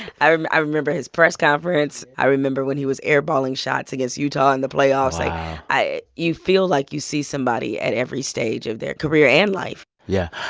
i remember i remember his press conference. i remember when he was airballing shots against utah in the playoffs wow i you feel like you see somebody at every stage of their career and life yeah,